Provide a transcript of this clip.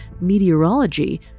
meteorology